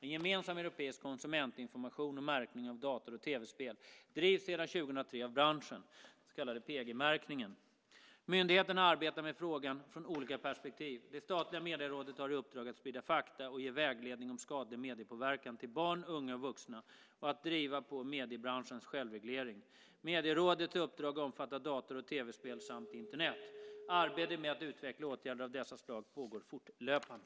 En gemensam europeisk konsumentinformation och märkning av dator och tv-spel drivs sedan år 2003 av branschen, den så kallade PEGI-märkningen. Myndigheterna arbetar med frågan från olika perspektiv. Det statliga Medierådet har i uppdrag att sprida fakta och ge vägledning om skadlig mediepåverkan till barn, unga och vuxna och att driva på mediebranschens självreglering. Medierådets uppdrag omfattar dator och tv-spel samt Internet. Arbetet med att utveckla åtgärder av dessa slag pågår fortlöpande.